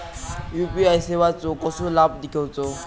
UPI सेवाचो कसो लाभ घेवचो?